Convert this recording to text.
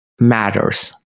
matters